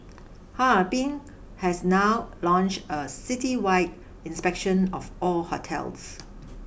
Harbin has now launched a citywide inspection of all hotels